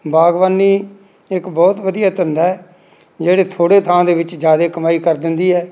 ਬਾਗਵਾਨੀ ਇੱਕ ਬਹੁਤ ਵਧੀਆ ਧੰਦਾ ਹੈ ਜਿਹੜੀ ਥੋੜ੍ਹੇ ਥਾਂ ਦੇ ਵਿੱਚ ਜ਼ਿਆਦਾ ਕਮਾਈ ਕਰ ਦਿੰਦੀ ਹੈ